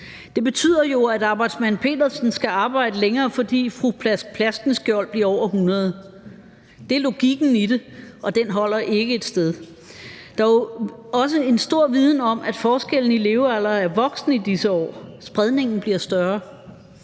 Det betyder jo, at arbejdsmand Petersen skal arbejde længere, fordi fru Plask Plaskenskjold bliver over 100 år. Det er logikken i det, og den holder ikke ét sted. Der er en stor viden om, at forskellen i levealder er voksende i disse år: Spredningen bliver større.